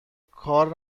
کار